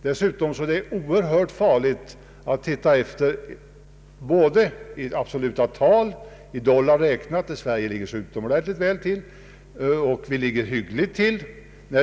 Dessutom är det synnerligen farligt att lita för mycket på statistiken både i absoluta tal i dollar räknat enligt vil ken Sverige ligger utomordentligt väl till liksom per capita i förhållande till BNP.